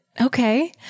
Okay